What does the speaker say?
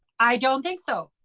i don't think so.